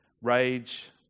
rage